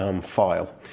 file